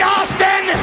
Austin